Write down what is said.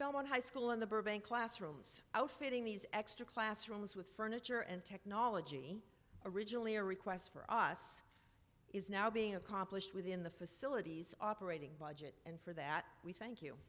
belmont high school in the burbank classrooms outfitting these extra classrooms with furniture and technology originally a request for us is now being accomplished within the facilities operating budget and for that we think